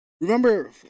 remember